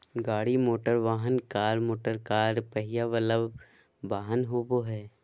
गाड़ी मोटरवाहन, car motorcar पहिया वला वाहन होबो हइ